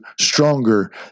stronger